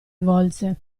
volse